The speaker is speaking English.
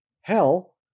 Hell